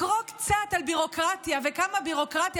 לקרוא קצת על ביורוקרטיה וכמה ביורוקרטיה